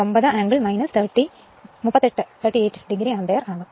9 angle 38 o ampere ആകും